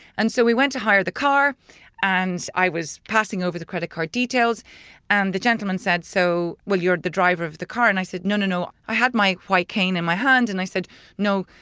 and so, we went to hire the car and i was passing over the credit card details and the gentleman said so, well you're the driver of the car. and i said no no i had my white cane in my hand and i said no,